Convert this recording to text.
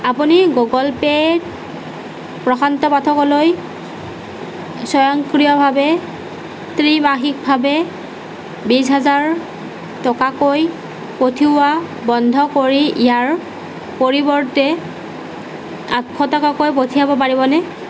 আপুনি গুগল পে'ত প্ৰশান্ত পাঠকলৈ স্বয়ংক্ৰিয়ভাৱে ত্ৰিমাসিকভাৱে বিছ হেজাৰ টকাকৈ পঠিওৱা বন্ধ কৰি ইয়াৰ পৰিৱৰ্তে আঠশ টকাকৈ পঠিয়াব পাৰিবনে